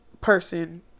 person